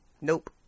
Nope